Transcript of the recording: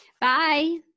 Bye